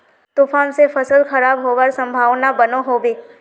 तूफान से फसल खराब होबार संभावना बनो होबे?